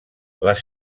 les